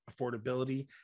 affordability